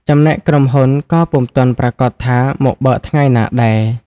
ចំណែកក្រុមហ៊ុនក៏ពុំទាន់ប្រាកដថា មកបើកថ្ងៃណាដែរ ។